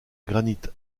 granite